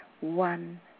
One